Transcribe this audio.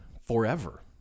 forever